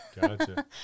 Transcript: Gotcha